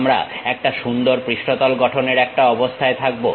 আমরা একটা সুন্দর পৃষ্ঠতল গঠনের একটা অবস্থায় থাকবো